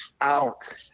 out